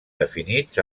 definits